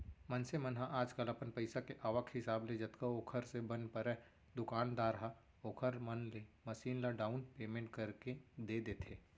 मनसे मन ह आजकल अपन पइसा के आवक हिसाब ले जतका ओखर से बन परय दुकानदार ह ओखर मन ले मसीन ल डाउन पैमेंट करके दे देथे